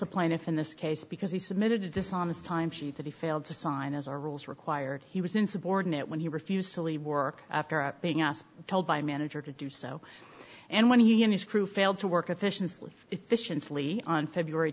the plaintiff in this case because he submitted a dishonest time sheet that he failed to sign as our rules required he was insubordinate when he refused to leave work after being asked told by a manager to do so and when he and his crew failed to work efficiently efficiently on february